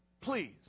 Please